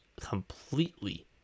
completely